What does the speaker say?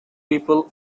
people